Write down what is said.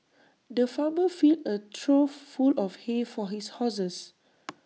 the farmer filled A trough full of hay for his horses